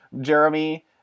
Jeremy